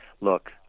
look